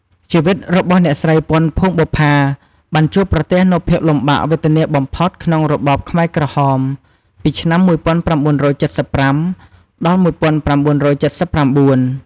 ជីវិតរបស់អ្នកស្រី ពាន់ ភួងបុប្ផា បានជួបប្រទះនូវភាពលំបាកវេទនាបំផុតក្នុងរបបខ្មែរក្រហម ពីឆ្នាំ ១៩៧៥ ដល់ ១៩៧៩។